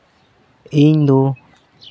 ᱤᱧ ᱫᱚ